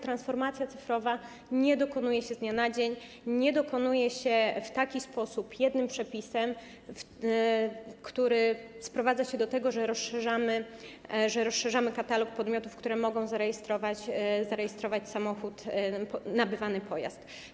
Transformacja cyfrowa nie dokonuje się z dnia na dzień, nie dokonuje się w taki sposób, jednym przepisem, który sprowadza się do tego, że rozszerzamy katalog podmiotów, które mogą zarejestrować samochód, nabywany pojazd.